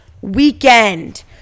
weekend